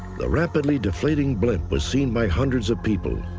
the rapidly deflating blimp was seen by hundreds of people.